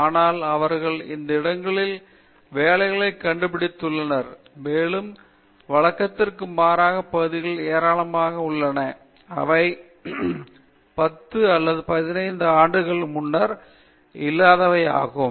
எனவே அவர்கள் இந்த இடங்களில் வேலைகளை கண்டுபிடித்துள்ளனர் மேலும் வழக்கத்திற்கு மாறான பகுதிகள் ஏராளமாக உள்ளன அவை 10 அல்லது 15 ஆண்டுகளுக்கு முன்னர் இல்லாதவையாகும்